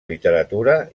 literatura